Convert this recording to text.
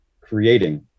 creating